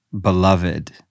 beloved